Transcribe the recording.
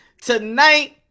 tonight